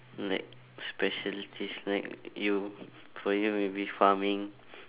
like specialities like you for you maybe farming